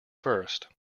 first